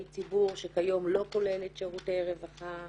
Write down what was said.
ציבור שכיום לא כוללת שירותי רווחה.